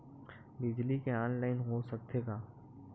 बिजली के ऑनलाइन हो सकथे का?